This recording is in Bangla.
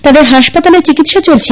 তাদের হাসপাতালে চিকিৎসা চলছে